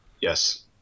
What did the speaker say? Yes